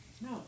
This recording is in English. No